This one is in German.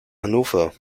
hannover